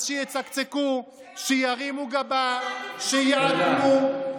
אז שיצקצקו, שירימו גבה, שיעקמו.